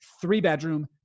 three-bedroom